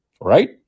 right